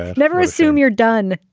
never assume you're done.